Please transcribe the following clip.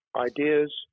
Ideas